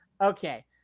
Okay